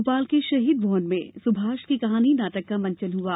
भोपाल के शहीद भवन में सुभाष की कहानी नाटक का मंचन हुआ